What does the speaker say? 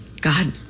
God